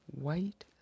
white